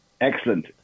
Excellent